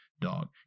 dog